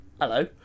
hello